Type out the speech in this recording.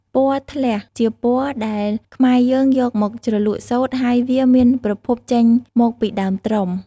ពណ៌៌ធ្លះជាពណ៌ដែលខ្មែរយើងយកមកជ្រលក់សូត្រ ហើយវាមានប្រភពចេញមកពីដើមត្រុំ។